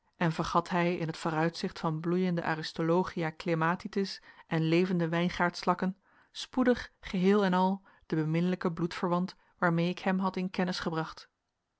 en vergat hij in t vooruitzicht van bloeiende aristolochia clematitis en levende wijngaardslakken spoedig geheel en al den beminnelijken bloedverwant waarmee ik hem had in kennis gebracht